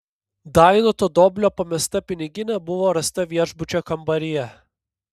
dainoto doblio pamesta piniginė buvo rasta viešbučio kambaryje